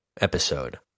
episode